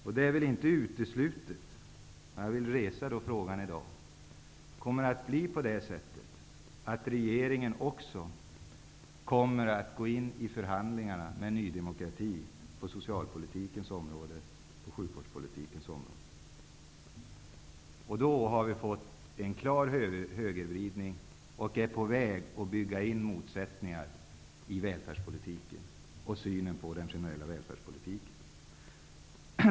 Kommer det att bli så, att regeringen också på socialpolitikens och sjukvårdspolitikens område kommer att gå in i förhandlingar med Ny demokrati? Det är väl inte uteslutet? Om det blir så har vi fått en klar högervridning och är på väg att bygga in motsättningar i synen på den generella välfärdspolitiken.